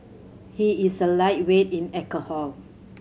he is a lightweight in alcohol